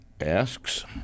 asks